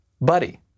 Buddy